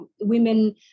women